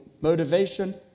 motivation